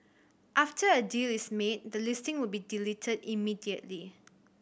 after a deal is made the listing would be deleted immediately